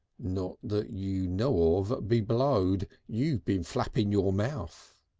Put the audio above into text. not that you know of, be blowed! you been flapping your mouth.